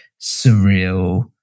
surreal